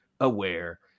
aware